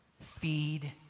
Feed